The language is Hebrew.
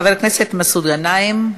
חבר הכנסת מסעוד גנאים.